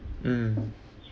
mm